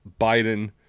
Biden